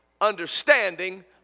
understanding